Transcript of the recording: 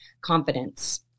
Confidence